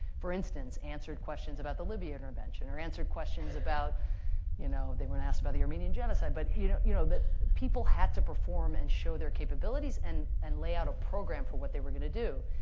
for instance, answered questions about the libya intervention or answered questions about you know they weren't asked about the armenian genocide. but you know you know but people had to perform and show their capabilities and and lay out a program for what they were going to do.